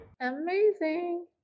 amazing